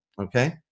okay